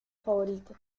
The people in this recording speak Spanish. favorito